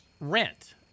rent